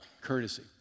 courtesy